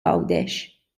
għawdex